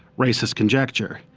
racist conjecture.